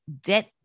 debt